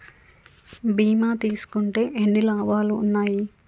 బీమా తీసుకుంటే ఎన్ని లాభాలు ఉన్నాయి?